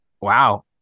wow